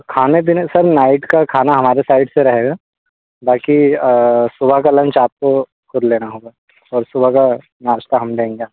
खाने पीने का सर नाइट का खाना हमारे साइड से रहेगा बाक़ी सुबह का लंच आपको ख़ुद लेना होगा और सुबह का नाश्ता हम देंगे